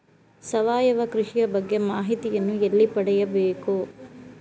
ಸಾವಯವ ಕೃಷಿಯ ಬಗ್ಗೆ ಮಾಹಿತಿಯನ್ನು ಎಲ್ಲಿ ಪಡೆಯಬೇಕು?